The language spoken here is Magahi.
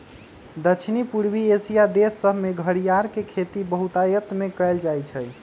दक्षिण पूर्वी एशिया देश सभमें घरियार के खेती बहुतायत में कएल जाइ छइ